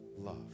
love